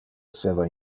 esseva